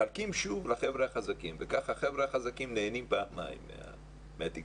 מחלקים שוב לחבר'ה החזקים וככה החבר'ה החזקים נהנים פעמיים מהתקצוב.